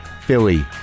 Philly